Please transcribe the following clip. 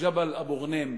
ג'בל אבו-ע'נים,